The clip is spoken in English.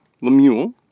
Lemuel